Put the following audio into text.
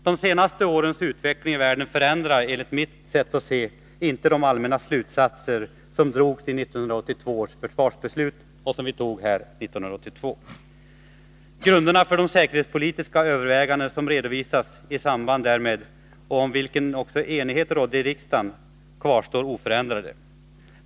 De senaste årens utveckling i världen förändrar, enligt mitt sätt att se, inte de allmänna slutsatser som drogs i 1982 års försvarsbeslut. Grunderna för de säkerhetspolitiska överväganden som redovisades i samband därmed, och om vilka enighet rådde i riksdagen, kvarstår oförändrade.